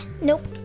Nope